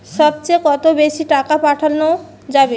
সব চেয়ে কত বেশি টাকা পাঠানো যাবে?